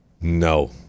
no